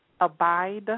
Abide